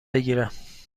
بکیرم